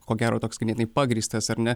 ko gero toks ganėtinai pagrįstas ar ne